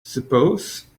suppose